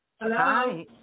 Hello